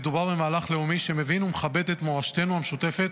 מדובר במהלך לאומי שמבין ומכבד את מורשתנו המשותפת,